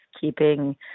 keeping